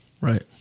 Right